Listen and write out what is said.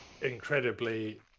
incredibly